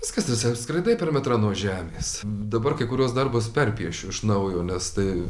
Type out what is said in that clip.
viskas tiesiog skraidai per metrą nuo žemės dabar kai kuriuos darbus perpiešiu iš naujo nes tai